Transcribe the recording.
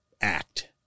act